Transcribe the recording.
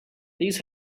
these